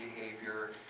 behavior